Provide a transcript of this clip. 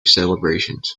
celebrations